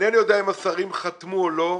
אינני יודע אם השרים חתמו או לא,